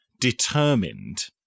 determined